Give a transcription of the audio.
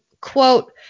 quote